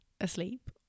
asleep